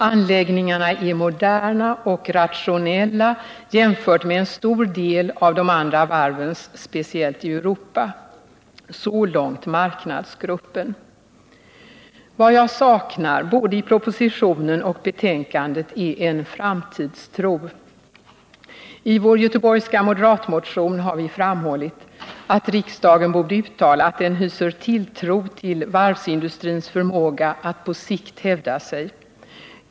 Anläggningarna är moderna och rationella jämfört med en stor del av de andra varvens, speciellt i Europa. Så långt marknadsgruppen. Vad jag saknär i både propositionen och betänkandet är en framtidstro. I vår göteborgska moderatmotion har vi framhållit att riksdagen borde uttala att den hyser tilltro till varvsindustrins förmåga att på sikt hävda sig.